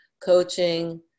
coaching